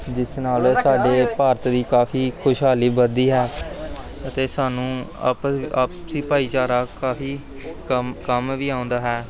ਜਿਸ ਨਾਲ ਸਾਡੇ ਭਾਰਤ ਦੀ ਕਾਫ਼ੀ ਖੁਸ਼ਹਾਲੀ ਵੱਧਦੀ ਹੈ ਅਤੇ ਸਾਨੂੰ ਆਪਸ ਆਪਸੀ ਭਾਈਚਾਰਾ ਕਾਫ਼ੀ ਕੰਮ ਕੰਮ ਵੀ ਆਉਂਦਾ ਹੈ